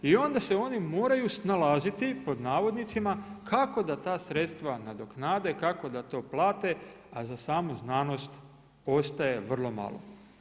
I onda se oni moraju snalaziti pod navodnicima kako da te sredstva nadoknade, kako da to plate a za samu znanost ostaje vrlo malo.